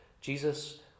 Jesus